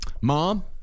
Mom